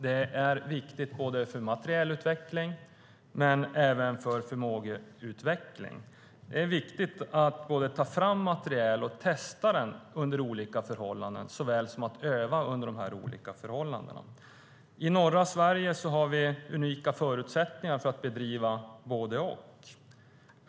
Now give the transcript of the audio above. Det är viktigt för materielutveckling men även för förmågeutveckling. Det är viktigt att både ta fram materiel och testa den under olika förhållanden, såväl som att öva under de här olika förhållandena. I norra Sverige har vi unika förutsättningar för att bedriva både och.